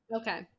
Okay